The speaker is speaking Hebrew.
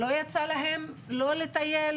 לא יצא להם לא לטייל,